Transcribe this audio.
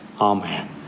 Amen